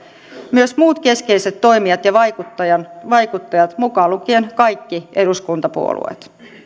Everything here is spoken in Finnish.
myös muut keskeiset toimijat ja vaikuttajat vaikuttajat mukaan lukien kaikki eduskuntapuolueet